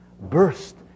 burst